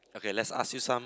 okay let's ask you some